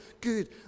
good